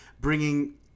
bringing